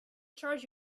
charge